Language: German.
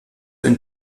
ein